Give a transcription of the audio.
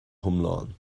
hiomlán